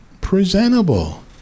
presentable